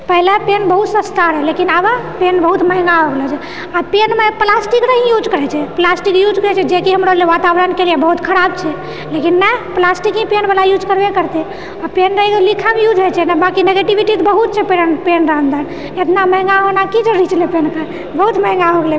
पहले पेन बहुत सस्ता रहै लेकिन आब पेन बहुत्त महङ्गा हो गेलो छै आ पेनमे प्लास्टिक नहि यूज करैछै प्लास्टिक यूज करैछै जेकि हमरो ले वातावरणके लिए बहुत्त खराब छै लेकिन नहि प्लास्टिक ई पेन वला यूज करबै करतै पेन रहै लिखैमे यूज होइछै नहि बाँकि निगेटिविटी तऽ बहुत छै पेन रहने इतना महङ्गा होना कि जरूरी छलै हँ पेनके बहुत महङ्गा हो गेलै